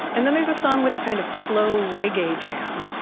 and then there's a song with a kind of slow reggae jam